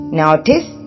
notice